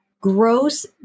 Gross